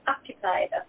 occupied